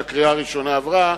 שהקריאה הראשונה עברה,